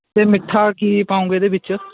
ਅਤੇ ਮਿੱਠਾ ਕੀ ਪਾਓਂਗੇ ਇਹਦੇ ਵਿੱਚ